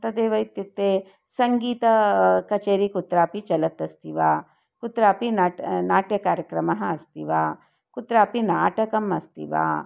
तदेव इत्युक्ते सङ्गीतं कचेरि कुत्रापि चलत् अस्ति वा कुत्रापि नाट्यं नाट्यकार्यक्रमः अस्ति वा कुत्रापि नाटकम् अस्ति वा